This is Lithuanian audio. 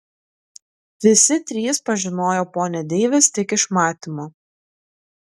visi trys pažinojo ponią deivis tik iš matymo